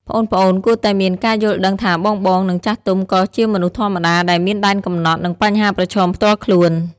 ប្អូនៗគួរតែមាន ការយល់ដឹងថាបងៗ និងចាស់ទុំក៏ជាមនុស្សធម្មតាដែលមានដែនកំណត់ និងបញ្ហាប្រឈមផ្ទាល់ខ្លួន។